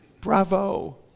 Bravo